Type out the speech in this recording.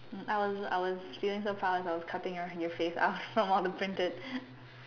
mm I was I was feeling so proud of cutting your face out from all the printed